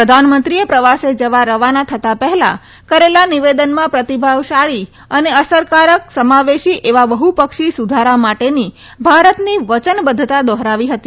પ્રધાનમંત્રીએ પ્રવાસે જવા રવાના થતાં પહેલા કરેલા નિવેદનમાં પ્રતિભાવશાળી અસરકારક અને સમાવેશી એવા બહ્પક્ષી સુધારા માટેની ભારતની વચનબદ્વતા દોહરાવી હતી